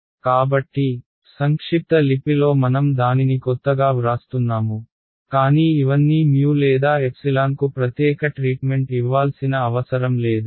కాబట్టి సంక్షిప్త లిపిలో మనం దానిని కొత్తగా వ్రాస్తున్నాము కానీ ఇవన్నీ లేదా ε కు ప్రత్యేక ట్రీట్మెంట్ ఇవ్వాల్సిన అవసరం లేదు